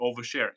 oversharing